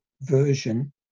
version